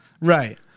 Right